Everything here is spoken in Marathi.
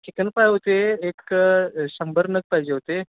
चिकन पाय होते एक शंभर नग पाहिजे होते